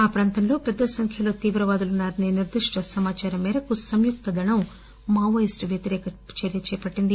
ఆ ప్రాంతంలో పెద్ద సంఖ్యలో తీవ్రవాదులు ఉన్నారసే నిర్దిష్ట సమాదారం మేరకు సంయుక్త దళం మావోయిస్టు వ్యతిరేక చర్య చేపట్టింది